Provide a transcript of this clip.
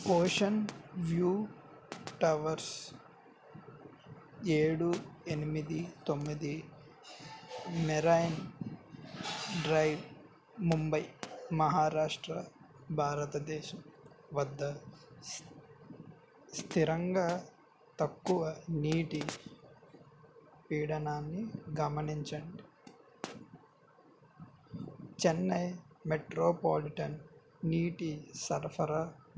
ocean View Towers ఏడు ఎనిమిది తొమ్మిది మెరైన్ డ్రైవ్ ముంబై మహారాష్ట్ర భారతదేశం వద్ద స్ స్థిరంగా తక్కువ నీటి పీడనాన్ని గమనించండి చెన్నై మెట్రోపోలిటన్ నీటి సరఫరా